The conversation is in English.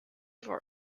for